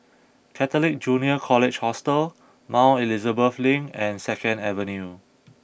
Catholic Junior College Hostel Mount Elizabeth Link and Second Avenue